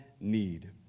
need